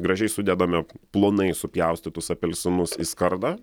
gražiai sudedame plonai supjaustytus apelsinus į skardą